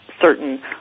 certain